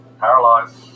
paralyzed